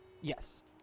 Yes